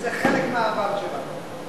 וזה חלק מהעבר שלנו.